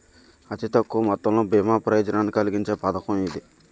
అతి తక్కువ మొత్తంతో బీమా ప్రయోజనాన్ని కలిగించే పథకం ఇది